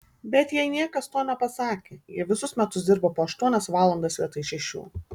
bet jai niekas to nepasakė ji visus metus dirbo po aštuonias valandas vietoj šešių